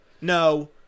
no